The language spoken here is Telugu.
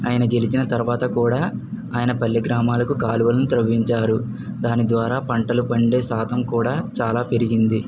ఆయన గెలిచిన తర్వాత కూడా ఆయన పల్లి గ్రామాలకు కాలువలను తవ్వించారు దాని ద్వారా పంటలు పండే సాధం కూడా చాలా పెరిగింది